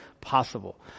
possible